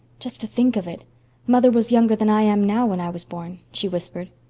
just to think of it mother was younger than i am now when i was born, she whispered.